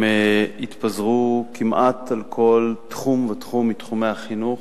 הם התפזרו כמעט על כל תחום ותחום מתחומי החינוך.